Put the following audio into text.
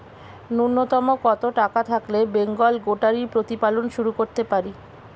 নূন্যতম কত টাকা থাকলে বেঙ্গল গোটারি প্রতিপালন শুরু করতে পারি?